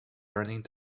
learning